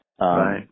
right